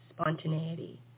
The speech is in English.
spontaneity